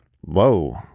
Whoa